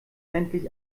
endlich